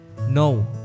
No